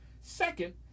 Second